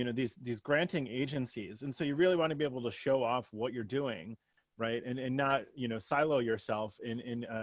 you know these, these granting agencies and so you really want to be able to show off what you're doing right and and not you know silo yourself in,